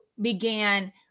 began